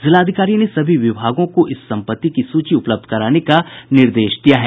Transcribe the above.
जिलाधिकारी ने सभी विभागों को इस संपत्ति की सूची उपलब्ध कराने का दिया निर्देश दिया है